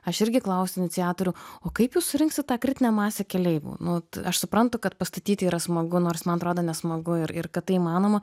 aš irgi klausiau iniciatorių o kaip jūs surinksit tą kritinę masę keleivių nu aš suprantu kad pastatyti yra smagu nors man atrodo nesmagu ir ir kad tai įmanoma